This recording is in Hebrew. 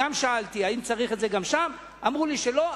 שאלתי אם צריך את זה גם שם ואמרו לי שלא,